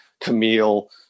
Camille